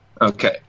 Okay